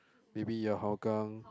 maybe Hougang